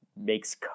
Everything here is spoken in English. makes